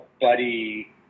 buddy